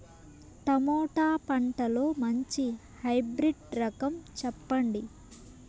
Tomato పంటలో మంచి hybrid రకం చెప్పండి?